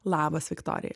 labas viktorija